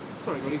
sorry